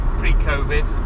pre-Covid